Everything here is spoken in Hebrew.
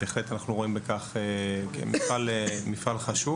בהחלט אנחנו רואים בכך כמפעל חשוב.